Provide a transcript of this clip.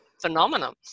phenomenon